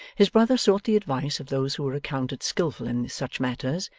his brother sought the advice of those who were accounted skilful in such matters,